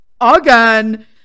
Again